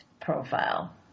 profile